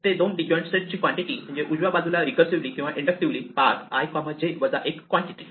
ते दोन disjoint set ची कॉन्टिटी म्हणजे डाव्या बाजूला रिकर्सीव्हली किंवा inductively path i j 1 quantity